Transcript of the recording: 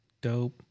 Dope